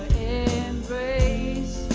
and raise